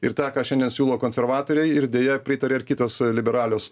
ir tai ką šiandien siūlo konservatoriai ir deja pritaria ir kitos liberalios